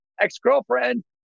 ex-girlfriend